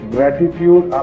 Gratitude